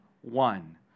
one